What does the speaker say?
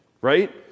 right